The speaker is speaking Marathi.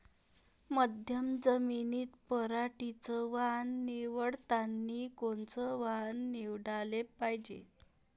मध्यम जमीनीत पराटीचं वान निवडतानी कोनचं वान निवडाले पायजे?